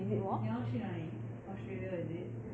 你你要去哪里 australia is it